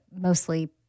mostly